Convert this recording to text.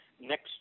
next